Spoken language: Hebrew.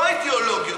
לא האידיאולוגיות,